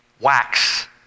wax